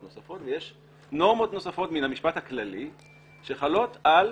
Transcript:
נוספות ויש נורמות מן המשפט הכללי שחלות על